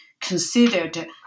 considered